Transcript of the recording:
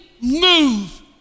move